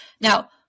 Now